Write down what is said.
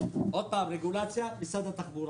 עוד פעם רגולציה משרד התחבורה.